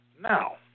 now